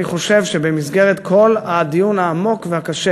אני חושב שבמסגרת כל הדיון העמוק והקשה